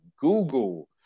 Google